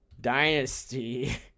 Dynasty